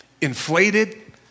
inflated